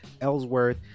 Ellsworth